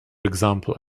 example